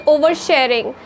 Oversharing